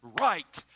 right